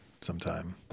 Sometime